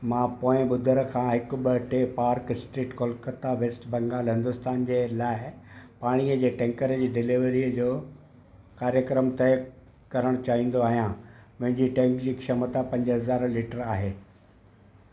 मां पोएं बु़धरु खां हिकु ॿ टे पार्क स्ट्रीट कोलकता वेस्ट बंगाल हिंदुस्तान जे लाइ पाणीअ जे टैंकर जी डिलीवरी जो कार्यक्रम तय करण चाहिंदो आहियां मुंहिंजी टैंक जी क्षमता पंज हज़ार लीटर आहे